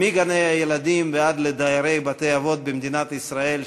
מגני-הילדים ועד לדיירי בתי-אבות במדינת ישראל,